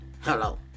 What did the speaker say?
hello